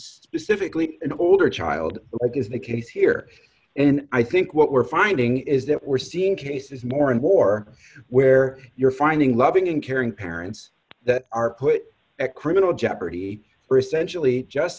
specifically an older child like is the case here and i think what we're finding is that we're seeing cases more and more where you're finding loving and caring parents that are put at criminal j